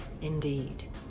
indeed